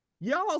Y'all